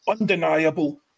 undeniable